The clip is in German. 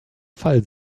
fall